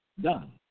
done